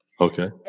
Okay